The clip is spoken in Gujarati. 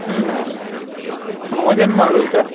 હમ્મ અન વજનમાં લોચા